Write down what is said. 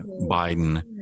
Biden